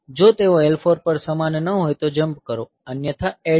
જો તેઓ L4 પર સમાન ન હોય તો જંપ કરો અન્યથા ADD A B